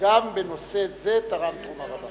שגם בנושא זה תרם תרומה רבה?